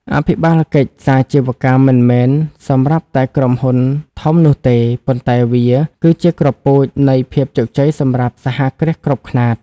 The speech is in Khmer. អភិបាលកិច្ចសាជីវកម្មមិនមែនសម្រាប់តែក្រុមហ៊ុនធំនោះទេ ប៉ុន្តែវាគឺជា "គ្រាប់ពូជ" នៃភាពជោគជ័យសម្រាប់សហគ្រាសគ្រប់ខ្នាត។